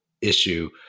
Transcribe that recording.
issue